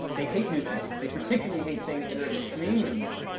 they hate new things. they particularly hate things that are extremely new.